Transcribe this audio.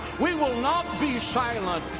we will not be silent!